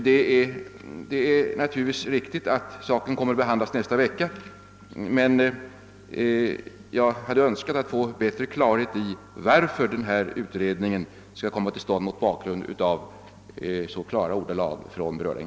Frågan kommer visserligen att behandlas i riksdagen nästa vecka, men jag hade önskat få bättre klarhet i varför utredningen skall komma till stånd trots berörda instansers klara uttalanden.